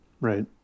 right